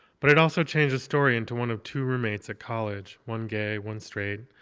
but i'd also changed the story into one of two roommates at college, one gay, one straight,